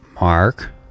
mark